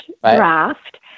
draft